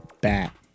bat